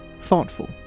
thoughtful